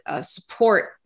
support